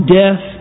death